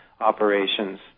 operations